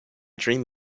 dream